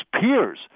peers